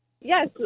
Yes